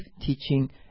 teaching